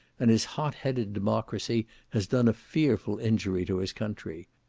and his hot-headed democracy has done a fearful injury to his country.